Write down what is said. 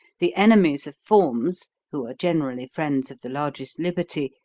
the enemies of forms, who are generally friends of the largest liberty,